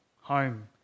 home